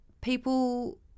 people